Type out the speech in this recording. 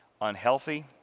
unhealthy